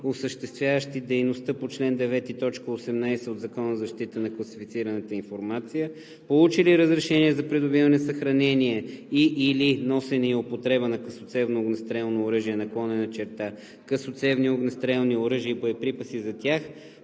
осъществяващи дейността по чл. 9, т. 18 от Закона за защита на класифицираната информация, получили разрешение за придобиване, съхранение и/или носене и употреба на късоцевно огнестрелно оръжие/късоцевни огнестрелни оръжия и боеприпаси за тях,